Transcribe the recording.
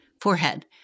forehead